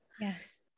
Yes